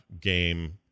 game